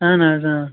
اَہَن حظ آ